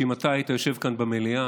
שאם אתה היית יושב כאן במליאה,